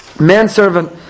manservant